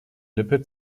lippe